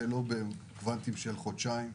זה לא במרחק של חודשיים,